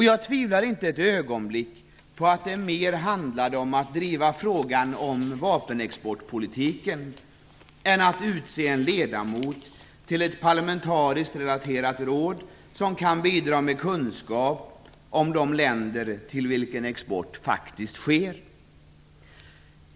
Jag tvivlar inte ett ögonblick på att det mer handlade om att driva frågan om vapenexportpolitiken än om att utse en ledamot till ett parlamentariskt relaterat råd som kan bidra med kunskap om de länder till vilka export faktiskt sker.